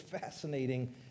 fascinating